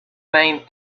main